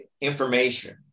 information